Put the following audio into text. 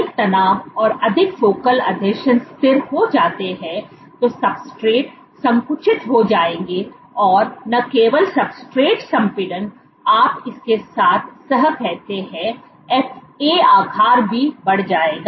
अधिक तनाव और यदि फोकल आसंजन स्थिर हो जाते हैं तो सब्सट्रेट संकुचित हो जाएगा और न केवल सब्सट्रेट संपीड़न आप इसके साथ कह सकते हैं एफए आकार भी बढ़ जाएगा